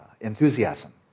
enthusiasm